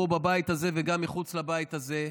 גם פה בבית הזה וגם מחוץ לבית הזה,